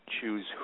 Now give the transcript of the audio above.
choose